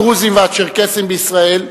הדרוזים והצ'רקסים בישראל,